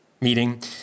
meeting